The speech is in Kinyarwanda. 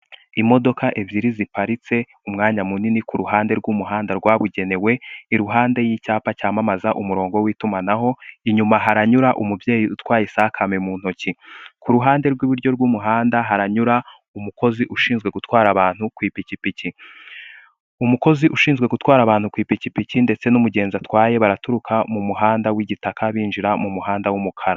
Imodoka ebyiri ziparitse umwanya munini kuru ruhande rw'umuhanda rwabugenewe, iruhande y'icyapa cyamamaza umurongo wi'itumanaho, inyuma haranyura umubyeyi utwaye isakame mu ntoki, ku ruhande rw'iburyo rw'umuhanda haranyura umukozi ushinzwe gutwara abantu ku ipikipiki. Umukozi ushinzwe gutwara abantu ku ipikipiki ndetse n'umugenzi atwaye baraturuka mumuhanda w'igitaka binjira mumuhanda w'umukara.